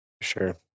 sure